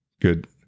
Good